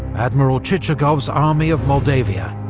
admiral chichagov's army of moldavia,